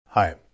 Hi